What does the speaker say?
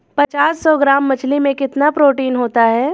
पांच सौ ग्राम मछली में कितना प्रोटीन होता है?